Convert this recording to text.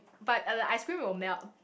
but uh the ice-cream will melt